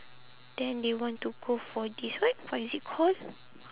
then they want to go for this what what is it call